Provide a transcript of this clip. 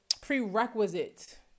prerequisite